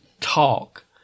talk